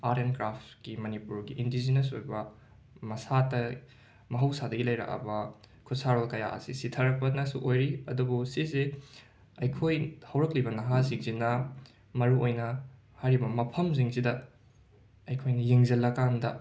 art and ꯀ꯭ꯔꯥꯐꯁꯀꯤ ꯃꯅꯤꯄꯨꯔꯒꯤ indigenous ꯑꯣꯏꯕ ꯃꯁꯥꯇ ꯃꯍꯧꯁꯥꯗꯒꯤ ꯂꯩꯔꯛꯂꯕ ꯈꯨꯠꯁꯥꯔꯣꯜ ꯀꯌꯥ ꯑꯁꯤ ꯁꯤꯊꯔꯛꯄꯅꯁꯨ ꯑꯣꯏꯔꯤ ꯑꯗꯨꯕꯨ ꯁꯤꯁꯤ ꯑꯩꯈꯣꯏ ꯍꯧꯔꯛꯂꯤꯕ ꯅꯍꯥꯁꯤꯡꯁꯤꯅ ꯃꯔꯨꯑꯣꯏꯅ ꯍꯥꯏꯔꯤꯕ ꯃꯐꯝꯁꯤꯡꯁꯤꯗ ꯑꯩꯈꯣꯏꯅ ꯌꯦꯡꯁꯜꯂꯀꯥꯟꯗ